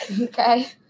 Okay